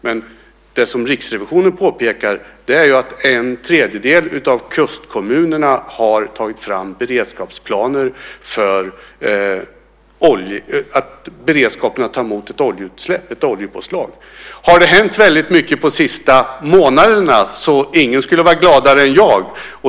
Men det som Riksrevisionen påpekar är ju att en tredjedel av kustkommunerna har tagit fram beredskapsplaner för beredskapen att ta emot ett oljeutsläpp, ett oljepåslag. Har det hänt väldigt mycket på sista månaderna så skulle ingen vara gladare än jag.